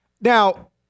Now